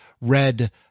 red